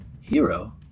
Hero